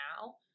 now